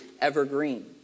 evergreen